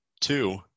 Two